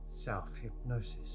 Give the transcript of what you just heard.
Self-hypnosis